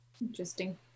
Interesting